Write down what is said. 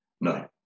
No